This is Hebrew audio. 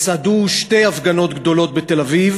יצעדו שתי הפגנות גדולות בתל-אביב